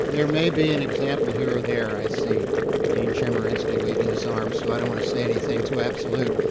there may be an example here or there. i see dean chemerinsky waving his arm, so i don't want to say anything too absolute.